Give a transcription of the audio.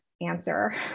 answer